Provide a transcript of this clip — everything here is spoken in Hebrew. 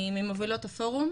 אני ממובילות הפורום.